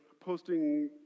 posting